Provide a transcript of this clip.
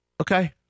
Okay